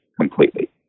completely